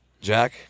Jack